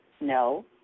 no